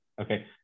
Okay